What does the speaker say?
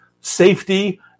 safety